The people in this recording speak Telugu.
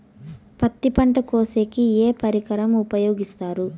పత్తి పంట కోసేకి ఏ పరికరం ఉపయోగిస్తారు?